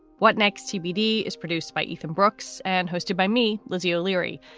what next? tbd is produced by ethan brooks and hosted by me. lizzie o'leary.